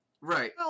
Right